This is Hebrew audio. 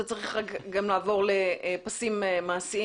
זה צריך רק גם לעבור לפסים מעשיים.